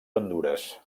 hondures